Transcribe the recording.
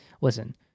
listen